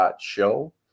show